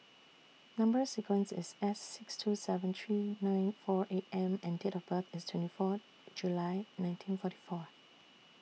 Number sequence IS S six two seven three nine four eight M and Date of birth IS twenty four July nineteen forty four